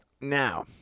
Now